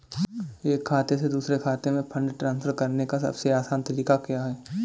एक खाते से दूसरे खाते में फंड ट्रांसफर करने का सबसे आसान तरीका क्या है?